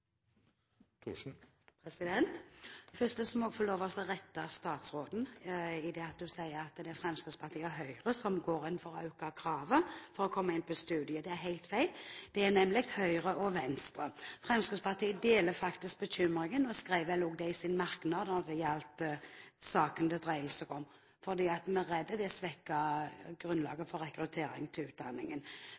Først må jeg få lov til å rette opp noe som statsråden sa. Hun sa at det er Fremskrittspartiet og Høyre som går inn for å øke kravet for å komme inn på studiet. Det er helt feil. Det er nemlig Høyre og Venstre. Beklager! Fremskrittspartiet deler faktisk bekymringen og skrev vel òg det i sin merknad når det gjaldt saken det dreier seg om, for vi er redd det svekker grunnlaget for rekruttering til utdanningen.